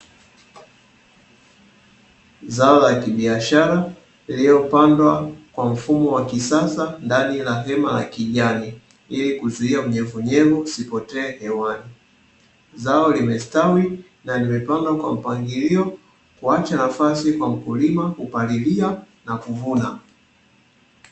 Zao la kibiashara iliyopandwa kwa mfumo wa kisasa ndani na hema la kijani, ili kuzuia kunyevunyevu usipotee hewani. Zao limestawi na limepandwa kwa mpangilio kuacha nafasi kwa mkulima kupalilia na kuvuna.